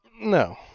No